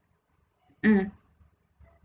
mm